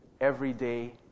everyday